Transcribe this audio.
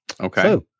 okay